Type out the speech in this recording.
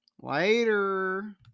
Later